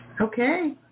Okay